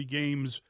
games